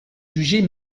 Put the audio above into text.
jugée